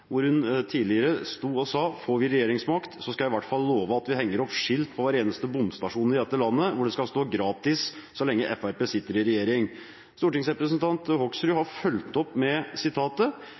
Får vi regjeringsmakt, skal jeg i hvert fall love at vi henger opp skilt på hver eneste bomstasjon i dette landet, hvor det skal stå «gratis» så lenge Fremskrittspartiet sitter i regjering. Stortingsrepresentant Hoksrud har fulgt opp: